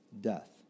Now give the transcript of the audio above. death